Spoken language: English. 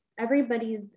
everybody's